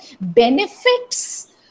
benefits